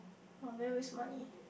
!huh! very waste money